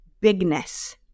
bigness